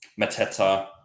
Mateta